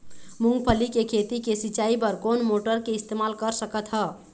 मूंगफली के खेती के सिचाई बर कोन मोटर के इस्तेमाल कर सकत ह?